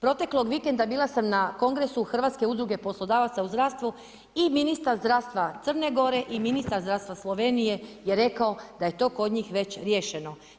Proteklog vikenda bila sam na kongresu Hrvatske udruge poslodavaca u zdravstvu i ministar zdravstva Crne Gore i ministar zdravstva Slovenije je rekao da je to kod njih već riješeno.